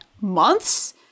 months